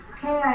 Okay